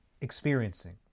experiencing